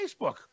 Facebook